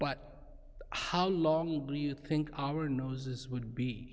but how long do you think our noses would be